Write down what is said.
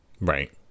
right